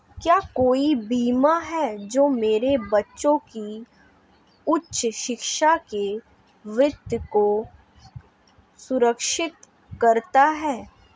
क्या कोई बीमा है जो मेरे बच्चों की उच्च शिक्षा के वित्त को सुरक्षित करता है?